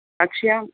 कक्ष्याम्